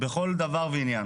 בכל דבר ועניין.